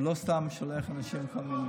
ולא סתם שולח אנשים לכל מיני מקומות.